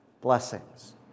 Blessings